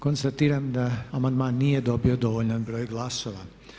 Konstatiram da amandman nije dobio dovoljan broj glasova.